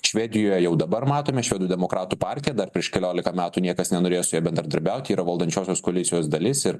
švedijoje jau dabar matome švedų demokratų partiją dar prieš keliolika metų niekas nenorėjo su ja bendradarbiauti yra valdančiosios koalicijos dalis ir